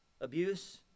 abuse